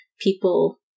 people